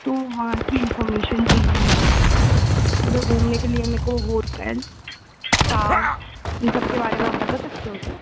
तो वहाँ की इन्फॉर्मैशन चहिए मुझे उधर घूमने के लिए मेको होटल कार इन सब के बारे में आप बता सकते हो क्या